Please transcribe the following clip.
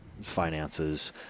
finances